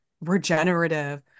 regenerative